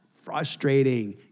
frustrating